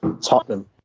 Tottenham